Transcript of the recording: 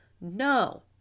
No